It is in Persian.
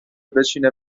بشینه